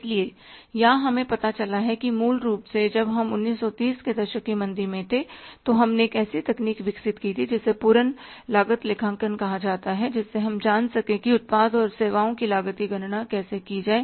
इसलिए यहां हमें पता चला है कि मूल रूप से जब हम 1930 के दशक की मंदी में थे तो हमने एक ऐसी तकनीक विकसित की जिसे पूर्ण लागत लेखांकन कहा जाता है जिससे हम जान सकें कि उत्पाद और सेवाओं की लागत की गणना कैसे की जाए